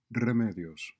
Remedios